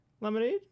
lemonade